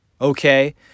Okay